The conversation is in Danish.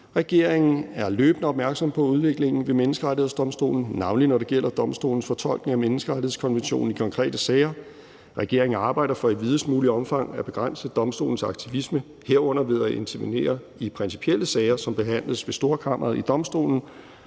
løbende at være opmærksom på udviklingen ved Den Europæiske Menneskerettighedsdomstol (domstolen), og navnlig når det gælder domstolens fortolkning af Den Europæiske Menneskerettighedskonvention (EMRK) i de konkrete sager. Regeringen arbejder for i videst muligt omfang at begrænse domstolens aktivisme, herunder ved at intervenere i de principielle sager, som behandles ved Storkammeret i domstolen.